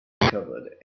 covered